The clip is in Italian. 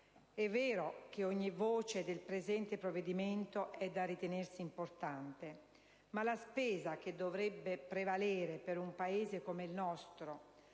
È vero che ogni voce del presente provvedimento è da ritenersi importante, ma la spesa che dovrebbe prevalere per un Paese come il nostro,